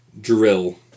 drill